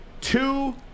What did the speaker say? two